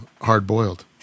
hard-boiled